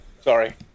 Sorry